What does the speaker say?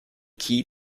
key